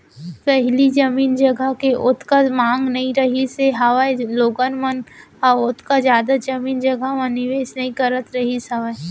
पहिली जमीन जघा के ओतका मांग नइ रहिस हावय लोगन मन ह ओतका जादा जमीन जघा म निवेस नइ करत रहिस हावय